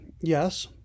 Yes